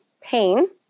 pain